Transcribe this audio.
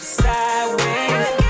sideways